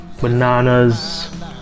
bananas